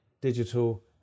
digital